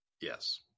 Yes